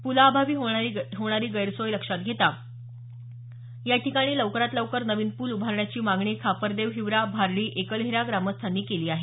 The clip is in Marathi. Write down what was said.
प्रलाअभावी होणारी गैरसोय लक्षात घेता याठिकाणी लवकरात लवकर नवीन प्रल उभारण्याची मागणी खापरदेव हिवरा भार्डी एकलहेरा ग्रामस्थांनी केली आहे